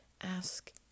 Ask